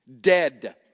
Dead